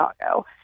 Chicago